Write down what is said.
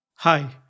Hi